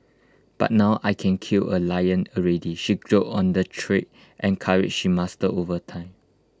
but now I can kill A lion already she joked on the trade and courage she mastered over time